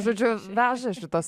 žodžiu veža šitas